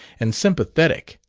and sympathetic!